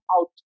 out